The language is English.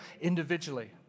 individually